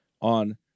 on